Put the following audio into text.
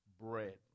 bread